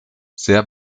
sehr